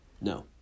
No